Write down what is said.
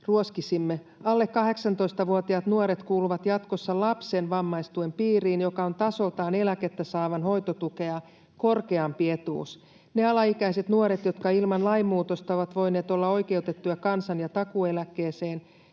ruoskisimme. Alle 18-vuotiaat nuoret kuuluvat jatkossa lapsen vammaistuen piiriin, joka on tasoltaan eläkettä saavan hoitotukea korkeampi etuus. Ne alaikäiset nuoret, jotka ilman lainmuutosta ovat voineet olla oikeutettuja kansan- ja takuueläkkeeseen